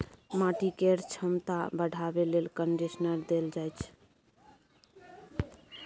माटि केर छमता बढ़ाबे लेल कंडीशनर देल जाइ छै